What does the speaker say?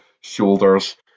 shoulders